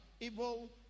evil